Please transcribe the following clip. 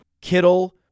Kittle